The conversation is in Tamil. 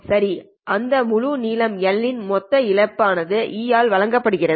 சரி அந்த முழு நீளம் Ltotal ன் மொத்த இழப்பு ஆனது e NαLa ஆல் வழங்கப்படுகிறது